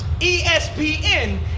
ESPN